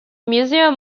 museum